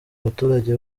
abaturage